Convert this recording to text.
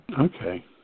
Okay